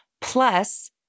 Plus